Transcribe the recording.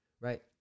Right